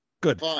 Good